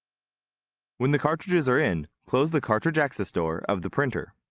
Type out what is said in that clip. when the cartridges are in, close the cartridge access door of the printer.